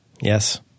Yes